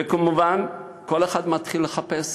וכמובן, כל אחד מתחיל לחפש